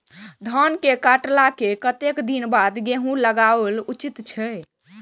धान के काटला के कतेक दिन बाद गैहूं लागाओल उचित छे?